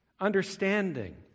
understanding